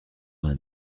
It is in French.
vingt